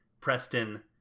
Preston